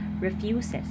refuses